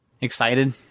excited